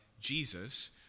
Jesus